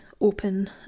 open